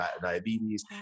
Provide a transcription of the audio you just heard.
diabetes